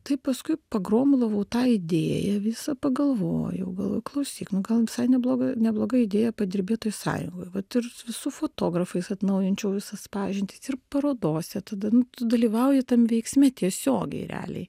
taip paskui pagromulavau tą idėją visą pagalvojau galvoju klausyk gal visai nebloga nebloga idėja padirbėt toj sąjungoj vat ir su fotografais atnaujinčiau visas pažintis ir parodose tada nu dalyvauji tam veiksme tiesiogiai realiai